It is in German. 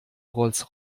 rolls